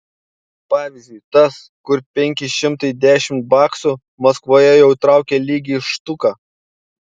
pavyzdžiui tas kur penki šimtai dešimt baksų maskvoje jau traukia lygiai štuką